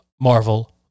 Marvel